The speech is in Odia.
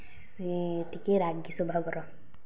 ସେ ଟିକିଏ ରାଗି ସ୍ଵଭାବର